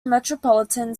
metropolitan